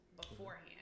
beforehand